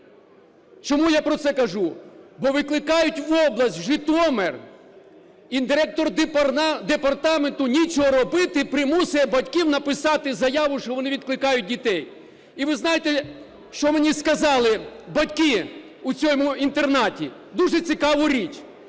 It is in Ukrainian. Чому я про це кажу? Бо викликають в область, в Житомир, і директору департаменту нічого робити - примушує батьків написати заяву, що вони відкликають дітей. І ви знаєте, що мені сказали батьки у цьому інтернаті? Дуже цікаву річ.